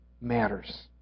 matters